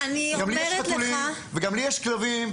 גם לי יש חתולים וגם לי יש כלבים.